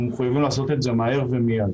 ואנחנו מחויבים לעשות את זה מהר ומיד.